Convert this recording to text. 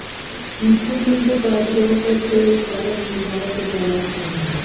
चीकू नींबू काजू और सब के उत्पादन में भारत के पहला स्थान हई